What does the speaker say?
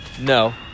No